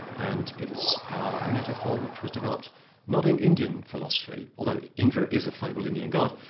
and it's a metaphor which was developed not in indian philosophy, although indra is a fabled indian god,